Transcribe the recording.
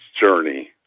journey